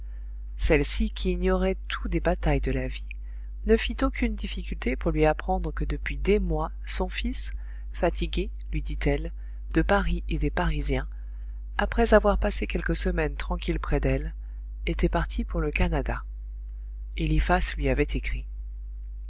celle-ci qui ignorait tout des batailles de la vie ne fit aucune difficulté pour lui apprendre que depuis des mois son fils fatigué lui dit-elle de paris et des parisiens après avoir passé quelques semaines tranquille près d'elle était parti pour le canada eliphas lui avait écrit